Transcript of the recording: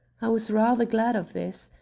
i was rather glad of this.